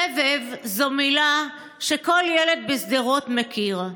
"סבב" זו מילה שכל ילד בשדרות מכיר,